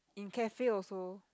cafe also